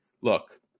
Look